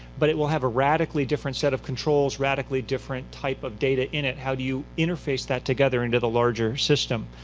but it will have a radically different set of controls, radically different type of data in it. how do you interface that together into the larger system?